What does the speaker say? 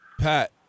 Pat